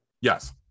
Yes